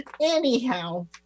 Anyhow